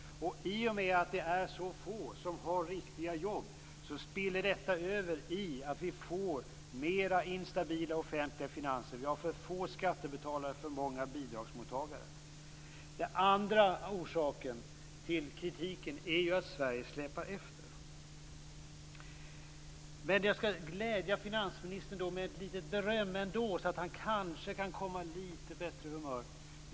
I och med att det är så få som har riktiga jobb spiller det över i att vi vår mer instabila offentliga finanser. Vi har för få skattebetalare och för många bidragsmottagare. Den andra orsaken till kritiken är att Sverige släpar efter. Men jag skall glädja finansministern med ett litet beröm så att han kanske blir på litet bättre humör.